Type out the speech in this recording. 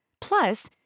Plus